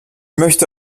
möchte